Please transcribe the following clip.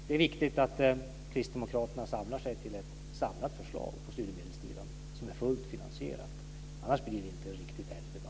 Det är viktigt att kristdemokraterna samlar sig till ett samlat förslag till studiemedelssystem som är fullt finansierat, annars blir det inte en riktigt ärlig debatt.